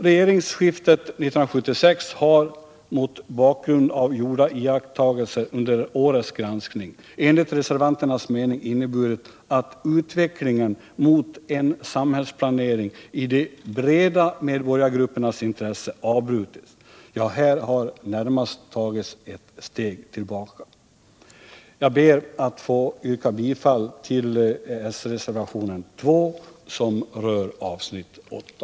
Regeringsskiftet 1976 har, mot bakgrund av gjorda iakttagelser under årets granskning, enligt reservanternas mening inneburit att utvecklingen mot en samhällsplanering i de breda medborgargruppernas intresse avbrutits. Ja, här har närmast tagits ett steg tillbaka. Jag ber att få yrka bifall till s-reservationen 2, som rör avsnitt 8.